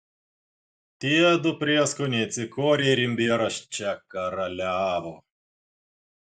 tie du prieskoniai cikorija ir imbieras čia karaliavo